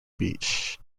beach